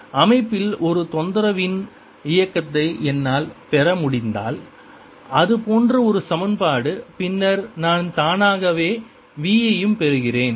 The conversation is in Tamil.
ஒரு அமைப்பில் ஒரு தொந்தரவின் இயக்கத்தை என்னால் பெற முடிந்தால் இது போன்ற ஒரு சமன்பாடு பின்னர் நான் தானாகவே v ஐயும் பெறுகிறேன்